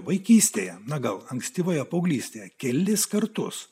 vaikystėje na gal ankstyvoje paauglystėje kelis kartus